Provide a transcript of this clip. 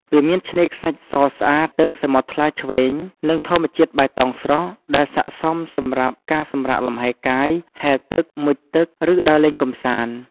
វាមានឆ្នេរខ្សាច់សស្អាត ទឹកសមុទ្រថ្លាឈ្វេង និងធម្មជាតិបៃតងស្រស់ ដែលស័ក្តិសមសម្រាប់ការសម្រាកលម្ហែកាយ ហែលទឹក មុជទឹក ឬដើរលេងកម្សាន្ត។